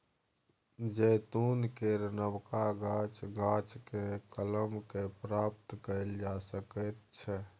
जैतून केर नबका गाछ, गाछकेँ कलम कए प्राप्त कएल जा सकैत छै